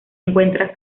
encuentra